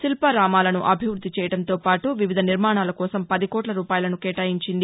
శిల్పారామాలను అభివృద్ది చేయడంతో పాటు వివిధ నిర్మాణాల కోసం పది కోట్ల రూపాయలను కేటాయించింది